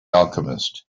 alchemist